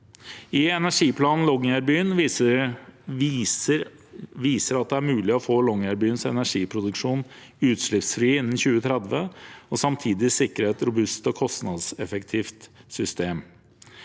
Energiplan Longyearbyen viser at det er mulig å få Longyearbyens energiproduksjon utslippsfri innen 2030 og samtidig sikre et robust og kostnadseffektivt system.